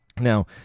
Now